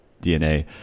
DNA